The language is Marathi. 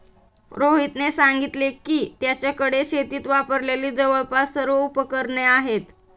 रोहितने सांगितले की, त्याच्याकडे शेतीत वापरलेली जवळपास सर्व उपकरणे आहेत